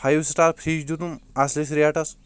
five star fridge دِتُن اصلِس rates